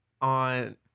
on